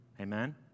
amen